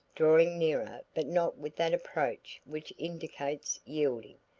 drawing nearer but not with that approach which indicates yielding,